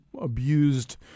abused